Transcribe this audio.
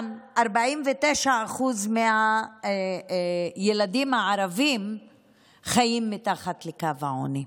גם 49% מהילדים הערבים חיים מתחת לקו העוני.